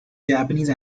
japanese